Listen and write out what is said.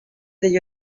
degli